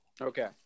Okay